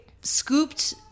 scooped